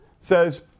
says